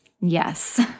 Yes